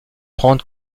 prendre